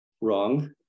wrong